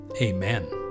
Amen